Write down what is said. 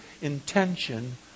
intention